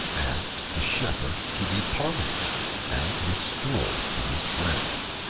and the shepherd to be pardoned and restored to his friends.